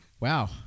Wow